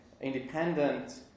independent